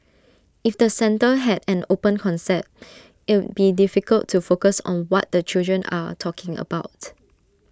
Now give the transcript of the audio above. if the centre had an open concept it'd be difficult to focus on what the children are talking about